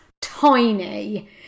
tiny